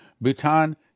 Bhutan